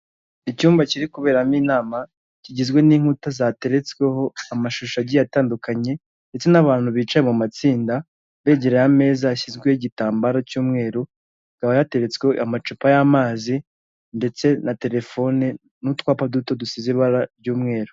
Icyumba kiri kuberamo inama kigizwe n'inkuta zateretsweho amashusho yagiye atandukanye ndetse n'abantu bicaye mu matsinda begereye ameza yashyizweho igitambaro cy'umweru, akaba yateretsweho amacupa y'amazi ndetse na telefone n'utwapa duto dusize ibara ry'umweru.